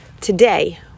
today